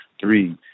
Three